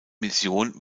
mission